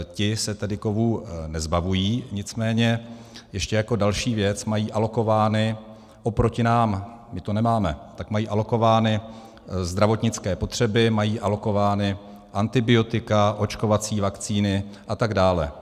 Ti se kovů nezbavují, nicméně ještě jako další věc mají alokovány oproti nám, my to nemáme, mají alokovány zdravotnické potřeby, mají alokována antibiotika, očkovací vakcíny atd.